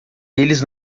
eles